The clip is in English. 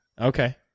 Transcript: okay